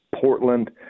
Portland